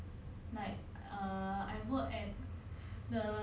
err before like during the circuit breaker hor